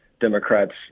Democrats